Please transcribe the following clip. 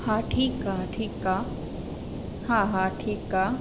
हा ठीकु आहे ठीकु आहे हा हा ठीकु आहे